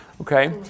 Okay